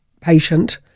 patient